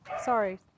Sorry